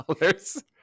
dollars